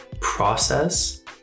process